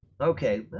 okay